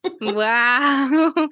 Wow